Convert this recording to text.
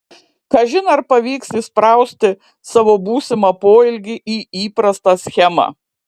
kažin ar pavyks įsprausti savo būsimą poelgį į įprastą schemą